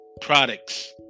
products